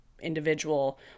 individual